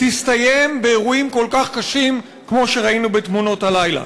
תסתיים באירועים כל כך קשים כמו שראינו בתמונות הלילה,